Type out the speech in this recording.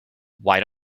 why